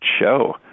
show